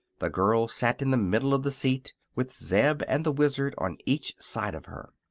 the girl sat in the middle of the seat, with zeb and the wizard on each side of her.